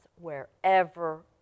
wherever